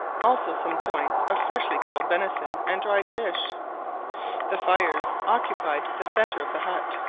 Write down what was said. also some joints of fresh-killed venison and dried fish the fires occupied the centre of the hut,